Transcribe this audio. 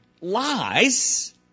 lies